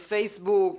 בפייסבוק,